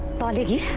body